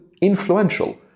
influential